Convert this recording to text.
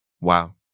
Wow